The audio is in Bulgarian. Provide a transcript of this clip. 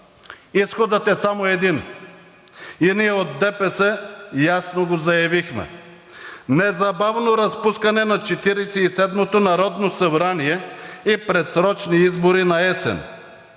изходът е само един и ние от ДПС ясно го заявихме: незабавно разпускане на Четиридесет и седмото народно събрание и предсрочни избори на есен,